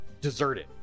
deserted